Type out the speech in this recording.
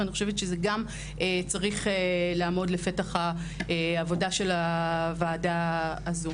ואני חושבת שגם זה צריך לעמוד לפתח העבודה של הוועדה הזו.